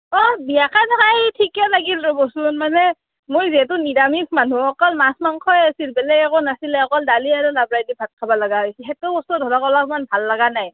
অঁ বিয়াখন খাই ঠিকে লাগিল ৰ'বচোন মানে মই যিহেতু নিৰামিষ মানুহ অকল মাছ মাংসই আছিল বেলেগ একো নাছিলে অকল দালি আৰু লাবৰাই দি ভাত খাবা লাগা হৈছি সেইটো বস্তু ধৰক অকণমান ভাল লাগা নাই